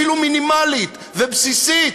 אפילו מינימלית ובסיסית,